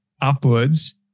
upwards